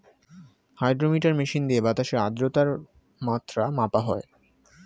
hydrometer machine দিয়ে বাতাসের আদ্রতার মাত্রা মাপা হয়